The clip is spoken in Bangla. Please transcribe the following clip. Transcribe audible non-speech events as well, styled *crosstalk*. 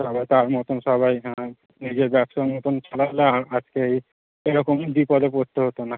সবাই তার মতোন সবাই হ্যাঁ নিজের ব্যবসার মতোন *unintelligible* আজকে এই এই রকমই বিপদে পড়তে হতো না